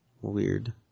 Weird